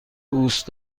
دوست